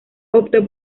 optó